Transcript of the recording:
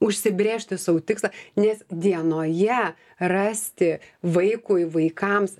užsibrėžti sau tikslą nes dienoje rasti vaikui vaikams